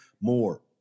more